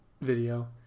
video